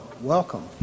welcome